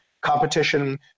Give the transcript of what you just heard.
competition